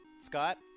Scott